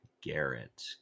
Garrett